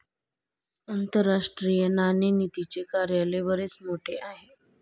आंतरराष्ट्रीय नाणेनिधीचे कार्यालय बरेच मोठे आहे